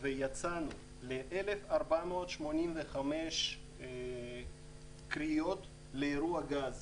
ויצאנו ל-1,485 קריאות לאירוע גז,